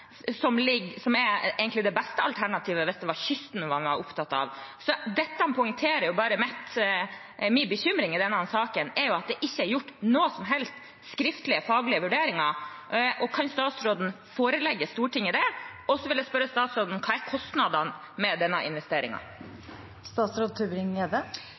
som base, som egentlig er det beste alternativet, hvis det er kysten man er opptatt av? Dette som poengterer min bekymring i denne saken, er at det ikke er blitt gjort noen som helst skriftlige faglige vurderinger, og kan statsråden forelegge Stortinget det? Og så vil jeg spørre statsråden: Hva er kostnadene for denne